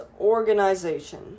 organization